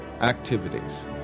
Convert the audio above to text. activities